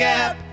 Gap